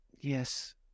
Yes